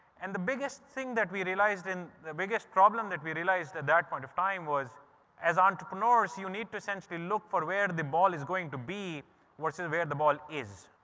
and the biggest thing that we realised, in the biggest problem that we realised at that point of time was as entrepreneurs you need to essentially look for where the ball is going to be versus where the ball is.